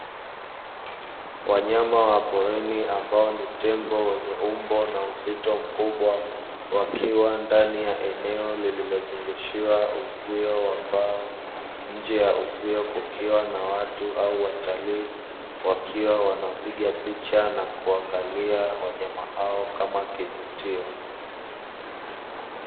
Wanyama wa porini ambao ni tembo wenye umbo na uzito mkubwa wakiwa ndani ya eneo lililozungushiwa uzio wa mbao, nje ya uzio kukiwa na watu au watalii wakiwa wanawapiga picha na kuwaangalia wanyama hao kama kivutio.